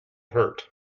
hurt